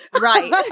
Right